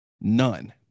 None